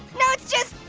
no it's just,